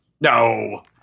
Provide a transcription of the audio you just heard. No